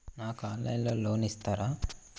నాకు ఆన్లైన్లో లోన్ ఇస్తారా?